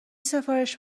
سفارش